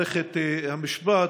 למה בכל הציבור.